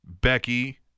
Becky